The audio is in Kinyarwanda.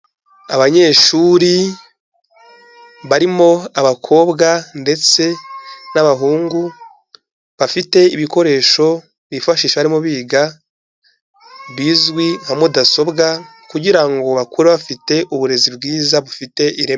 Abanyeshuri barimo abakobwa ndetse n'abahungu bafite ibikoresho bifashisha barimo biga bizwi nka mudasobwa kugira ngo bakure bafite uburezi bwiza bufite ireme.